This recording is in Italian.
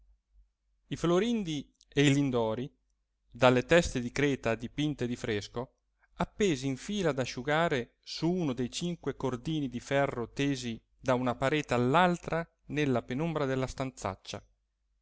i florindi e i lindori dalle teste di creta dipinte di fresco appesi in fila ad asciugare su uno dei cinque cordini di ferro tesi da una parete all'altra nella penombra della stanzaccia